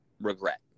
regret